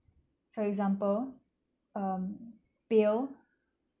for example um bail